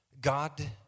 God